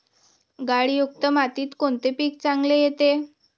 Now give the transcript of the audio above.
गाळयुक्त मातीत कोणते पीक चांगले येते?